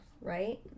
right